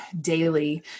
daily